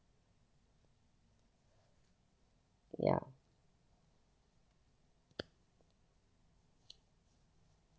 ya